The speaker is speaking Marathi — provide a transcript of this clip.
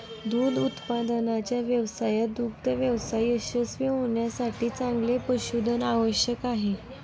दूध उत्पादनाच्या व्यवसायात दुग्ध व्यवसाय यशस्वी होण्यासाठी चांगले पशुधन आवश्यक आहे